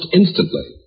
instantly